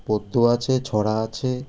পদ্য আছে ছড়া আছে